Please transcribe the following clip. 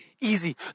easy